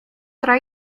tra